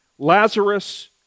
Lazarus